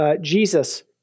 Jesus